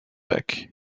back